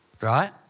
right